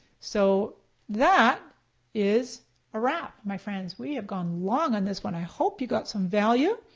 so that is a wrap my friends. we have gone long on this one. i hope you got some value.